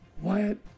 Wyatt